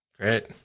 Great